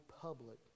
public